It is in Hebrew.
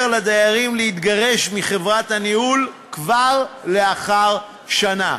לדיירים להתגרש מחברת הניהול כבר לאחר שנה.